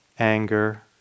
anger